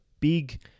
Big